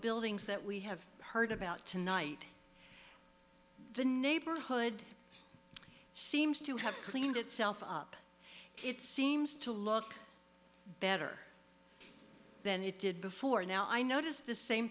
buildings that we have heard about tonight the neighborhood seems to have cleaned itself up it seems to look better than it did before now i noticed the same